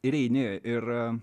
ir eini ir